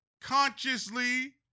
consciously